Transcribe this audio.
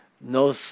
No